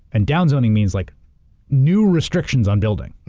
and down zoning means like new restrictions on building.